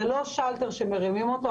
זה לא שאלטר שמרימים אותו,